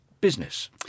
Business